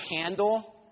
handle